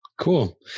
Cool